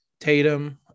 Tatum